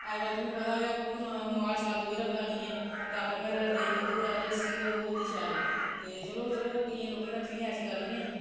अजकल तुसेंगी पता गै कु'न माल ते कोई रखदा निं ऐ ते अपने घरै दा देहीं दुद्ध होऐ लस्सी होऐ ते ओह् होंदी शैल ते चलो चलो केईं लोकें रक्खी दी होंदी कि ऐसी गल्ल निं ऐ